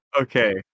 Okay